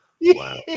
Wow